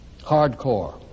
hardcore